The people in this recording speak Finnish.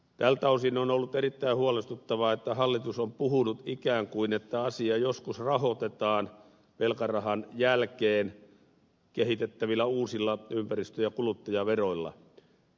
tältä osin on ollut erittäin huolestuttavaa että hallitus on puhunut ikään kuin että asia joskus rahoitetaan velkarahan jälkeen kehitettävillä uusilla ympäristö ja kuluttajaveroilla